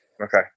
Okay